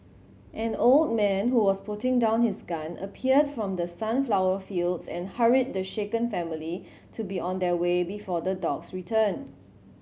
an old man who was putting down his gun appeared from the sunflower fields and hurried the shaken family to be on their way before the dogs return